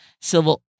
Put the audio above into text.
Civil